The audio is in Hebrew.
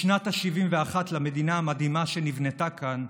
בשנה ה-71 למדינה המדהימה שנבנתה כאן,